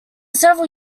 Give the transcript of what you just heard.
several